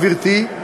גברתי,